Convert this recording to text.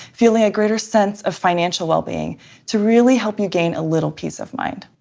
feeling a greater sense of financial well-being to really help you gain a little piece of mind.